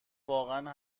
واقعا